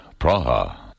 Praha